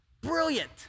Brilliant